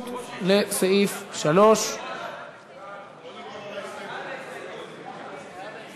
לסעיף 3. קודם כול על ההסתייגות.